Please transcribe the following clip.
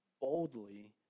boldly